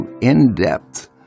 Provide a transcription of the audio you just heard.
in-depth